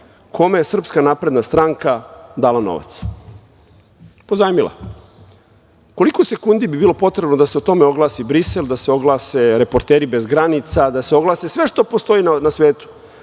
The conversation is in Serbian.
kome je SNS dala novac, pozajmila. Koliko sekundi bi bilo potrebno da se o tome oglasi Brisel, da se oglase reporteri bez granica, da se oglase sve što postoji na ovom